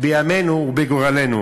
בימינו ובגורלנו.